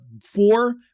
Four